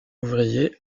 ouvrier